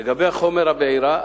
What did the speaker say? לגבי החומר המעכב בעירה,